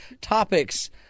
topics